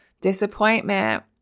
disappointment